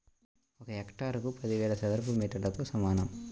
ఒక హెక్టారు పదివేల చదరపు మీటర్లకు సమానం